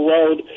Road